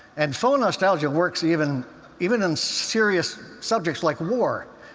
and faux-nostalgia works even even in serious subjects like war.